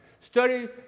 Study